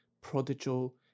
prodigal